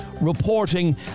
reporting